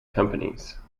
companies